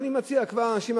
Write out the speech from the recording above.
ואני מציע כבר לאנשים,